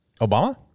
Obama